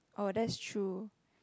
oh that's true